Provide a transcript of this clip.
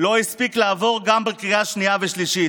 לא הספיק לעבור גם בקריאה השנייה והשלישית.